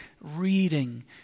reading